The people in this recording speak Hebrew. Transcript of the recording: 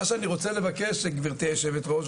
מה שאני רוצה לבקש גבירתי היושבת-ראש,